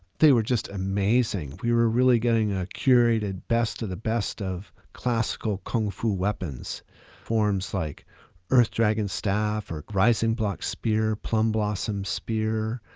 they were just amazing. we were really getting a curated best of the best of classical kung fu weapons forms like earth dragon staff or rising block spear, plum blossom spear,